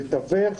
לתווך